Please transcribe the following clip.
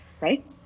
Right